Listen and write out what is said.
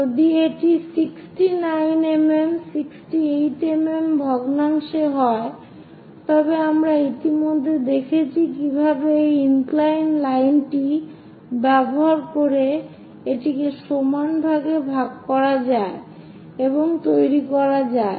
যদি এটি 69mm 68mm ভগ্নাংশ হয় তবে আমরা ইতিমধ্যে দেখেছি কিভাবে এই ইনক্লাইন লাইনটি ব্যবহার করে এটিকে সমান ভাগে ভাগ করা যায় এবং তৈরি করা যায়